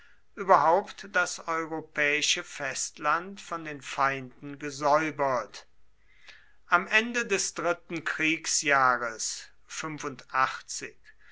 überhaupt das europäische festland von den feinden gesäubert am ende des dritten